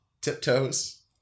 Tiptoes